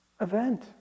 event